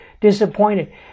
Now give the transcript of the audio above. disappointed